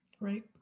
right